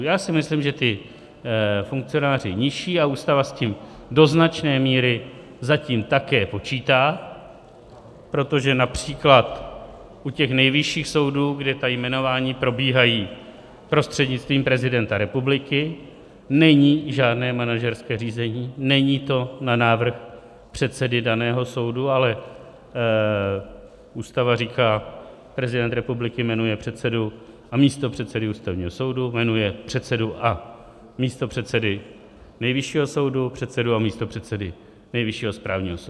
Já si myslím, že funkcionáři nižší, a Ústava s tím do značné míry zatím také počítá, protože například u těch nejvyšších soudů, kde ta jmenování probíhají prostřednictvím prezidenta republiky, není žádné manažerské řízení, není to na návrh předsedy daného soudu, ale Ústava říká, prezident republiky jmenuje předsedu a místopředsedy Ústavního soudu, jmenuje předsedu a místopředsedy Nejvyššího soudu, předsedu a místopředsedy Nejvyššího správního soudu.